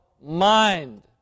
Mind